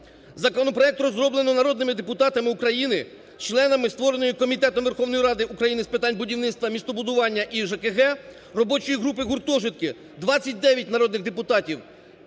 Законопроект розроблено народними депутатами України, членами створеної Комітетом Верховної Ради України з питань будівництва, містобудування і ЖКГ, робочою групою "гуртожитки", 29 народних депутатів,